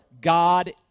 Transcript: God